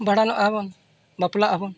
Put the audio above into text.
ᱵᱷᱟᱸᱰᱟᱱᱚᱜᱼᱟ ᱵᱚᱱ ᱵᱟᱯᱞᱟᱜᱼᱟ ᱵᱚᱱ